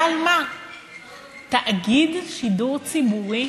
למה, נגיד, שלא תצמצמו את הממשלה?